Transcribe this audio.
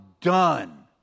done